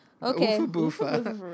Okay